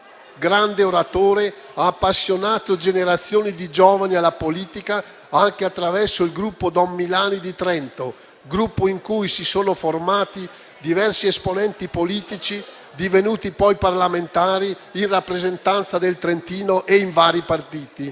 Grande oratore, ha appassionato generazioni di giovani alla politica, anche attraverso il gruppo Don Milani di Trento, in cui si sono formati diversi esponenti politici divenuti poi parlamentari in rappresentanza del Trentino e in vari partiti.